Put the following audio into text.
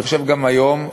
אני חושב גם היום,